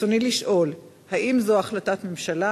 רצוני לשאול: 1. האם זו החלטת ממשלה?